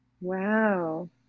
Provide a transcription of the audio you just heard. Wow